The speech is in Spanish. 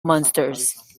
monsters